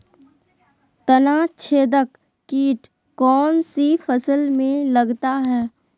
तनाछेदक किट कौन सी फसल में लगता है?